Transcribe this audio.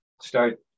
start